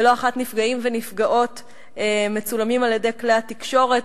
ולא אחת נפגעים ונפגעות מצולמים על-ידי כלי התקשורת